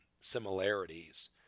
similarities